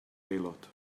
aelod